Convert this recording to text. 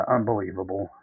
Unbelievable